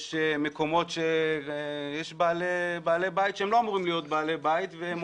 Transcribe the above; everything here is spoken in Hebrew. יש מקומות שם יש בעלי בית שהם לא אמורים להיות בעלי בית והם